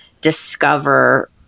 discover